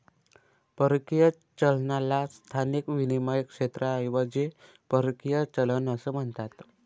परकीय चलनाला स्थानिक विनिमय क्षेत्राऐवजी परकीय चलन असे म्हणतात